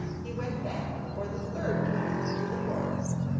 he went back for the third time to the forest.